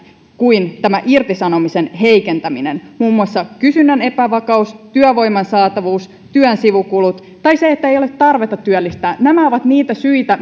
kuin tämä irtisanomisen heikentäminen muun muassa kysynnän epävakaus työvoiman saatavuus työn sivukulut ja se että ei ole tarvetta työllistää nämä ovat niitä syitä